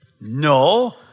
No